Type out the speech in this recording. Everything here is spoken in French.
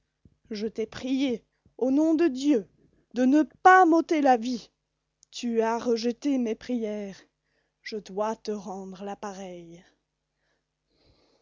je t'ai prié au nom de dieu de ne me pas ôter la vie tu as rejeté mes prières je dois te rendre